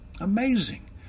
Amazing